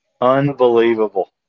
Unbelievable